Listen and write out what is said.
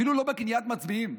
אפילו לא בקניית מצביעים,